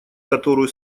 которую